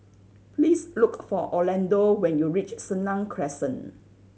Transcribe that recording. please look for Orlando when you reach Senang Crescent